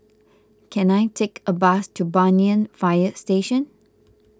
can I take a bus to Banyan Fire Station